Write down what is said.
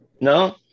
No